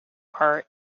are